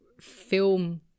film